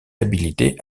habilité